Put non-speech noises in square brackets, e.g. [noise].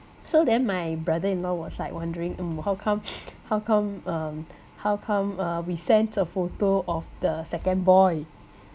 so then my brother in-law was like wondering mm how come [breath] how come um how come uh we sent a photo of the second boy